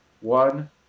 One